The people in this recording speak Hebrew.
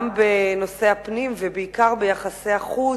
גם בנושא הפנים ובעיקר ביחסי החוץ,